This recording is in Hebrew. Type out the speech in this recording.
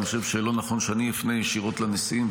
אני חושב שלא נכון שאני אפנה ישירות לנשיאים.